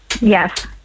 Yes